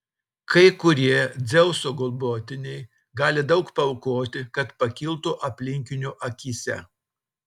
kai kurie dzeuso globotiniai gali daug paaukoti kad pakiltų aplinkinių akyse